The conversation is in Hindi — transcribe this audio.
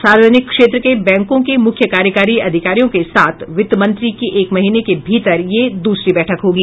सार्वजनिक क्षेत्र के बैंकों के मुख्य कार्यकारी अधिकारियों के साथ वित्त मंत्री की एक महीने के भीतर यह दूसरी बैठक होगी